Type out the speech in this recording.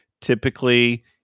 typically